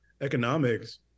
economics